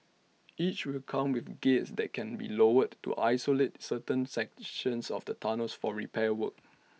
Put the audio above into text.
each will come with gates that can be lowered to isolate certain sections of the tunnels for repair works